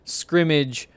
scrimmage